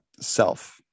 self